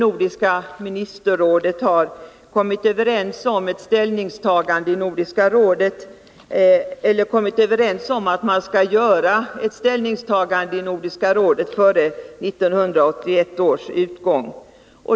Nordiska ministermötet har kommit överens om att Nordiska rådet skall göra ett ställningstagande i Nordsatfrågan före 1981 års utgång.